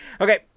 Okay